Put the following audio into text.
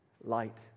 light